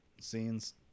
scenes